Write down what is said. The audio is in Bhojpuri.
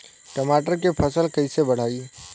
टमाटर के फ़सल कैसे बढ़ाई?